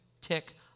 tick